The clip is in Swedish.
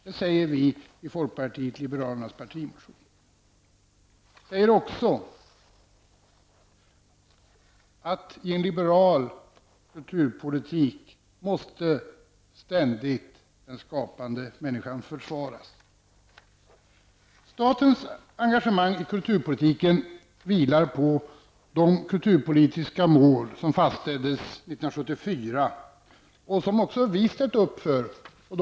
Det säger vi i folkpartiet liberalernas partimotion. Vi säger också att i en liberal kulturpolitik måste ständigt den skapande människan försvaras. Statens engagemang i kulturpolitiken vilar på de kulturpolitiska mål som fastställdes 1974 och som också vi ställt upp för.